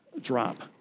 drop